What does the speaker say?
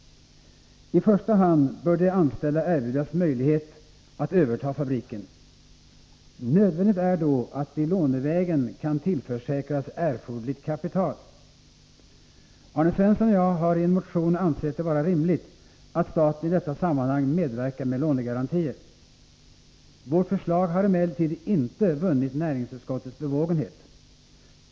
I första hand bör de anställda erbjudas möjlighet att överta fabriken. Nödvändigt är då att de lånevägen kan tillförsäkras erforderligt kapital. Arne Svensson och jag har i en motion ansett det vara rimligt att staten i detta sammanhang medverkar med lånegarantier. Vårt förslag har emellertid inte vunnit näringsutskottets bevågenhet.